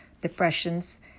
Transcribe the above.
depressions